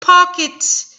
pocket